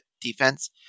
defense